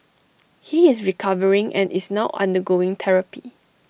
he is recovering and is now undergoing therapy